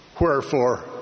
Wherefore